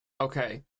Okay